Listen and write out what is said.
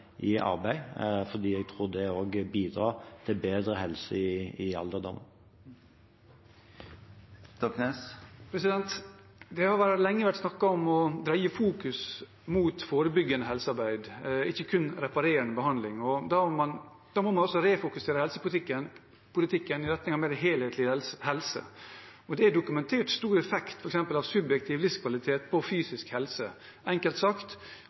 i arbeid, for jeg tror det bidrar til bedre helse i alderdommen. Det har lenge vært snakket om å dreie fokus mot forebyggende helsearbeid, ikke kun reparerende behandling. Da må man også refokusere helsepolitikken i retning av mer helhetlig helse. Det er f.eks. dokumentert stor effekt av subjektiv livskvalitet på fysisk helse. Enkelt sagt: